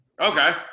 Okay